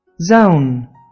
Zone